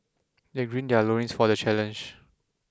they grid their loins for the challenge